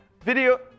video